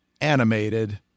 animated